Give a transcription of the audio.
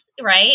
right